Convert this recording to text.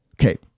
Okay